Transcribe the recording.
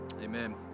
Amen